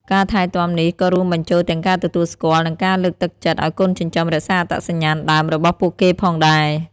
ការថែទាំនេះក៏រួមបញ្ចូលទាំងការទទួលស្គាល់ និងការលើកទឹកចិត្តឲ្យកូនចិញ្ចឹមរក្សាអត្តសញ្ញាណដើមរបស់ពួកគេផងដែរ។